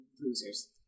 losers